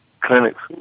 clinics